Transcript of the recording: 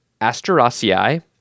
Asteraceae